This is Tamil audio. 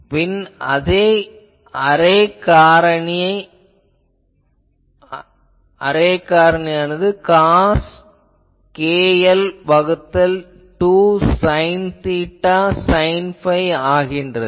பின் இந்த அரே காரணி காஸ் kl வகுத்தல் 2 சைன் தீட்டா சைன் phi ஆகிறது